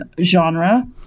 genre